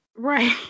Right